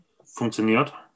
funktioniert